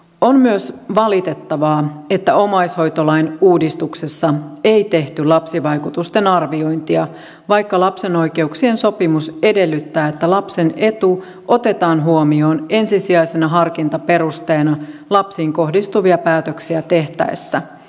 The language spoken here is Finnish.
on myös valitettavaa että omaishoitolain uudistuksessa ei tehty lapsivaikutusten arviointia vaikka lapsen oikeuksien sopimus edellyttää että lapsen etu otetaan huomioon ensisijaisena harkintaperusteena lapsiin kohdistuvia päätöksiä tehtäessä